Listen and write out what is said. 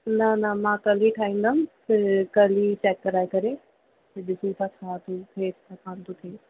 न न मां कल्ह ई ठाहींदमि कल्ह ई चेक कराए करे फ़िर ॾिसूं था छा थो थिए छा न थो थिए